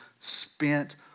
spent